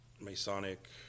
Masonic